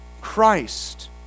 Christ